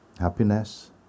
happiness